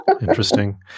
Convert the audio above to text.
Interesting